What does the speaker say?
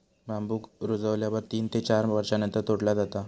बांबुक रुजल्यावर तीन ते चार वर्षांनंतर तोडला जाता